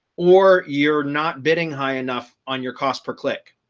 or you're not bidding high enough on your cost per click,